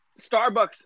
Starbucks –